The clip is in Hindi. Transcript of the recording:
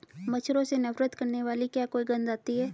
मच्छरों से नफरत करने वाली क्या कोई गंध आती है?